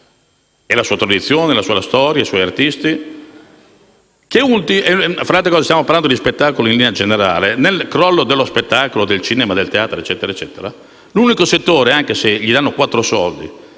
e la sua tradizione, la sua storia, i suoi artisti. Stiamo parlando di spettacoli in linea generale. Nel crollo dello spettacolo, del cinema, del teatro e quant'altro, l'unico settore, anche se gli danno quattro soldi;